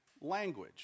language